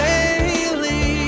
Daily